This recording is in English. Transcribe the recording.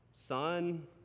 sun